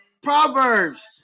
Proverbs